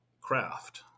craft